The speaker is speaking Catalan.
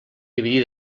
dividir